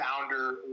founder